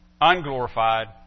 unglorified